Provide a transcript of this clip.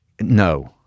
No